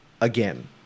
again